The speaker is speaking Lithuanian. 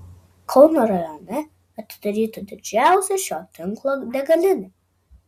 kauno rajone atidaryta didžiausia šio tinklo degalinė